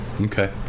Okay